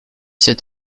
sept